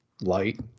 light